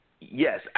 Yes